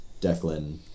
Declan